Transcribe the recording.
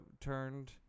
turned